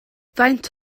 faint